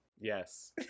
Yes